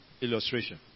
illustration